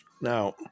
Now